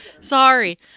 Sorry